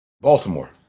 Baltimore